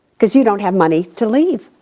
cause you don't have money to leave.